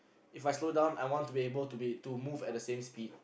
If I slow down I want to be able to be to move at the same speed